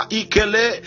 ikele